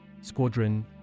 Squadron